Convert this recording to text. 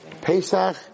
Pesach